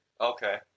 Okay